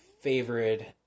favorite